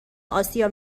آسیا